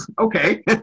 Okay